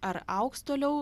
ar augs toliau